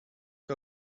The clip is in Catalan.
que